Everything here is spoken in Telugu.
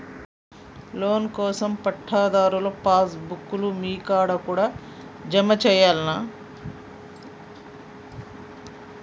లోన్ కోసం పట్టాదారు పాస్ బుక్కు లు మీ కాడా జమ చేయల్నా?